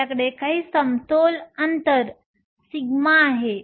आपल्याकडे काही समतोल अंतर σ आहे